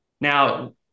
now